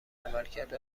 عملکرد